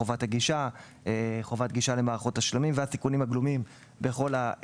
חובת הגישה למערכות התשלומים והסיכונים הגלומים בהם,